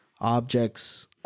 objects